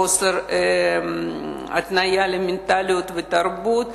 חוסר התניה למנטליות ותרבות,